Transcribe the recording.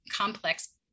complex